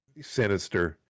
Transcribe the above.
sinister